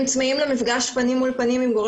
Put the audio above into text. הם צמאים למפגש פנים אל פנים עם גורם